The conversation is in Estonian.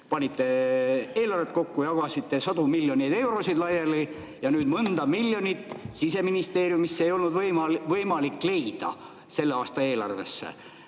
panite eelarvet kokku, jagasite sadu miljoneid eurosid laiali ja nüüd mõnda miljonit Siseministeeriumile ei olnud võimalik leida ei selle aasta eelarvesse